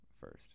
first